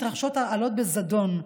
מתרחשות הרעלות בזדון,